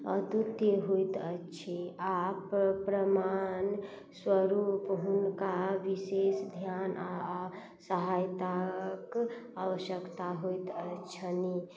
अद्वितीय होइत अछि आओर परिणामस्वरूप हुनका विशेष धिआन आओर सहायताके आवश्यकता होइत अछि छनि